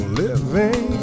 living